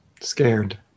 Scared